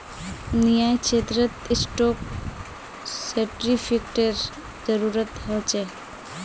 न्यायक्षेत्रत स्टाक सेर्टिफ़िकेटेर जरूरत ह छे